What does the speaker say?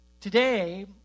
Today